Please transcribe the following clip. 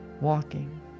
walking